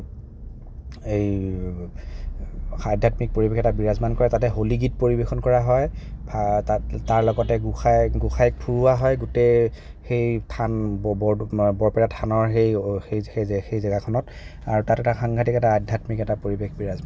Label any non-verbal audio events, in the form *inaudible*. এই আধ্যাত্মিক পৰিৱেশ এটা বিৰাজমান কৰে তাতে হোলি গীত পৰিৱেশন কৰা হয় *unintelligible* তাৰ লগতে গোসাঁই গোসাঁইক ফুৰোৱা হয় গোটেই সেই থান বৰপেটা থানৰ সেই জেগাখনত আৰু তাত এটা সাংঘাতিক এটা আধ্য়াত্মিক এটা পৰিৱেশ বিৰাজমান কৰে